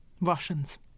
Russians